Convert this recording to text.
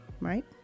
right